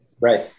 Right